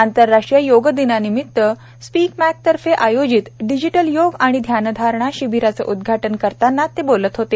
आंतरराष्ट्रीय योग दिनानिमित्त स्पीक मॅके तर्फे आयोजित डिजिटल योग आणि ध्यानधारणा शिबिराचे उद्घाटन करताना ते बोलत होते